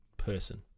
person